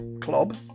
Club